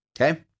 okay